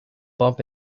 bump